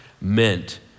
meant